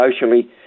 socially